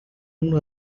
اون